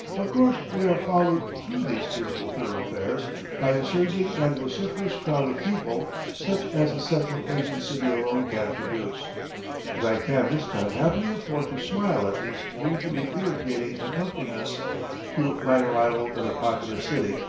of course we are followed through these fearful thoroughfares by a surging and vociferous crowd of people such as a central asian city alone can produce but i can this time happily afford to smile at these usually irritating accompaniments to my arrival in a populous city,